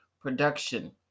production